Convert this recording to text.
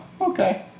okay